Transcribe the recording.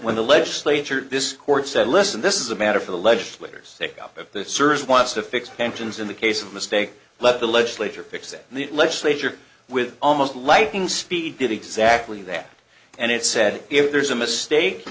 when the legislature this court said listen this is a matter for the legislators make up of the service wants to fix pensions in the case of mistake let the legislature fix it and the legislature with almost lightning speed did exactly that and it said if there's a mistake